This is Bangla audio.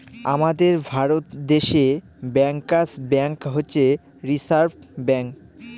আমাদের ভারত দেশে ব্যাঙ্কার্স ব্যাঙ্ক হচ্ছে রিসার্ভ ব্যাঙ্ক